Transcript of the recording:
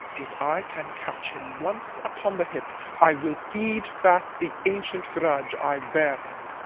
if i can catch him once upon the hip, i will feed fat the ancient grudge i bear him.